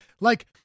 Like-